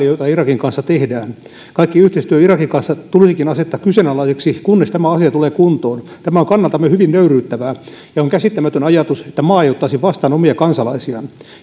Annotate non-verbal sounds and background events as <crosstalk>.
<unintelligible> jota irakin kanssa tehdään kaikki yhteistyö irakin kanssa tulisikin asettaa kyseenalaiseksi kunnes tämä asia tulee kuntoon tämä on kannaltamme hyvin nöyryyttävää ja on käsittämätön ajatus että maa ei ottaisi vastaan omia kansalaisiaan